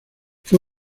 fue